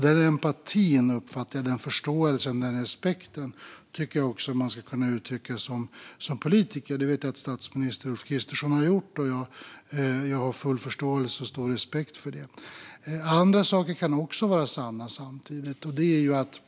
Den empatin, förståelsen och respekten tycker jag också att man ska kunna uttrycka som politiker. Det vet jag att statsminister Ulf Kristersson har gjort, och jag har full förståelse och stor respekt för det. Samtidigt kan andra saker också vara sanna.